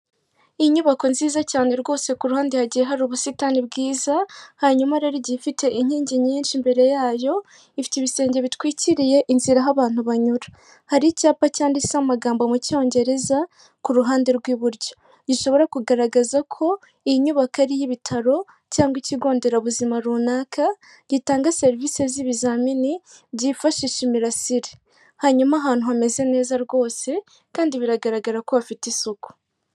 Inyubako nziza cyane rwose, ku ruhande hagiye hari ubusitani bwiza, hanyuma rero igiye ifite inkingi nyinshi mbere yayo, ifite ibisenge bitwikiriye inzira aho abantu banyura, hari icyapa cyanditseho amagambo mu cyongereza ku ruhande rw'iburyo, gishobora kugaragaza ko iyi nyubako ari iy'ibitaro cyangwa ikigo nderabuzima runaka gitanga serivisi z'ibizamini byifashisha imirasire, hanyuma ahantu hameze neza rwose kandi biragaragara ko bafite isuku.